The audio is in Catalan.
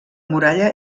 muralla